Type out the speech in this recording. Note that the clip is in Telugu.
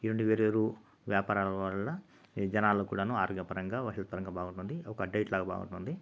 ఈ రెండు వేరు వేరు వ్యాపారాల వల్ల ఈ జనాలలో కూడాను ఆరోగ్యపరంగా వయసు పరంగా బాగుంటుంది